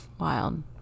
Wild